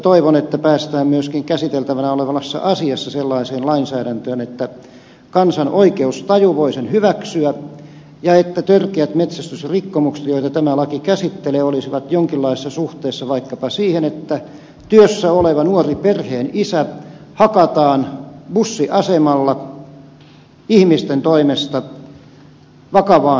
toivon että päästään myöskin käsiteltävänä olevassa asiassa sellaiseen lainsäädäntöön että kansan oikeustaju voi sen hyväksyä ja että törkeät metsästysrikkomukset joita tämä laki käsittelee olisivat jonkinlaisessa suhteessa vaikkapa siihen että työssä oleva nuori perheenisä hakataan bussiasemalla ihmisten toimesta vakavaan kuntoon